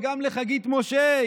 וגם לחגית משה,